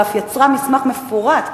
ואף יצרה מסמך מפורט,